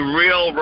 real